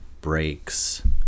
breaks